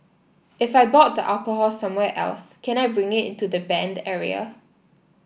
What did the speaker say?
if I bought the alcohol somewhere else can I bring it into the banned area